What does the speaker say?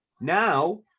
Now